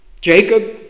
Jacob